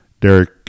Derek